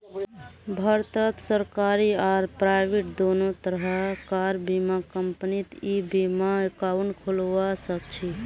भारतत सरकारी आर प्राइवेट दोनों तरह कार बीमा कंपनीत ई बीमा एकाउंट खोलवा सखछी